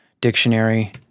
dictionary